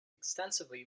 extensively